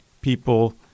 people